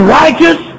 righteous